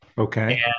Okay